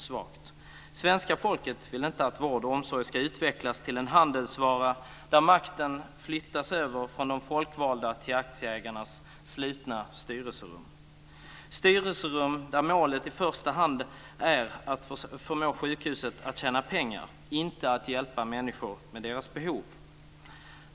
Svenska folket vill inte att vård och omsorg ska utvecklas till en handelsvara där makten flyttas över från de folkvalda till aktieägarnas slutna styrelserum - styrelserum där målet i första hand är att förmå sjukhuset att tjäna pengar, inte att hjälpa människor med deras behov.